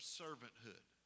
servanthood